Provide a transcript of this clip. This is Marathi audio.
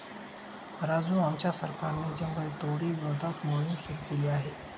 राजू आमच्या सरकारने जंगलतोडी विरोधात मोहिम सुरू केली आहे